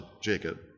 Jacob